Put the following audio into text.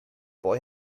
boy